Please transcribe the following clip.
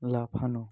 লাফানো